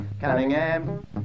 Cunningham